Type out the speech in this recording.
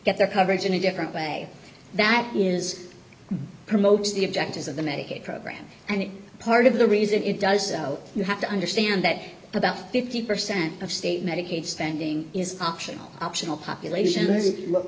get their coverage in a different way that is promotes the objectives of the medicaid program and part of the reason it does you have to understand that about fifty percent of state medicaid spending is optional optional